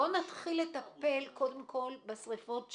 בואו נתחיל לטפל קודם כל בשריפות שלנו,